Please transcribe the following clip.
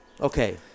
Okay